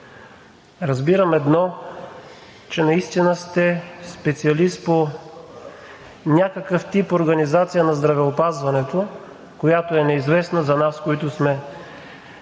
разбирам едно – че наистина сте специалист по някакъв тип организация на здравеопазването, която е неизвестна за нас, които сме